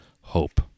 hope